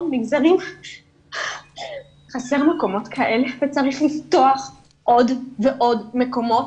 מגזרים חסר מקומות כאלה וצריך לפתוח עוד ועוד מקומות,